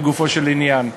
לגופו של עניין.